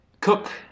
Cook